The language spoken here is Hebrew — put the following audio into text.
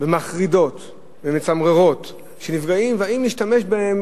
ומחרידות ומצמררות של הנפגעים והאם להשתמש בהם